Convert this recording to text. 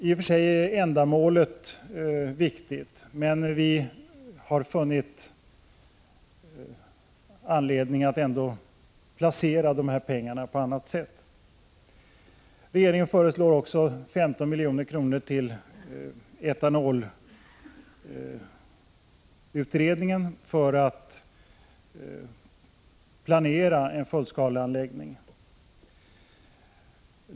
I och för sig är ändamålet viktigt, men vi har funnit anledning att placera pengarna på annat sätt. Regeringen föreslår 15 milj.kr. till etanolutredningen för att planera en fullskaleanläggning.